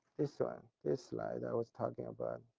this so um this slide i was talking about.